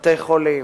בתי-חולים,